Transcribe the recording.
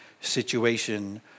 situation